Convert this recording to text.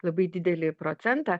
labai didelį procentą